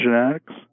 genetics